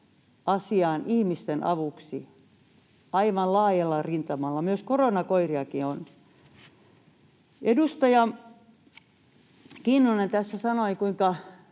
asiaan ihmisten avuksi aivan laajalla rintamalla, myös koronakoiriakin on. Edustaja Kinnunen tässä sanoi, kuinka